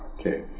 Okay